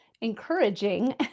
encouraging